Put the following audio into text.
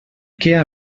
què